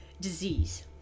disease